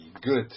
good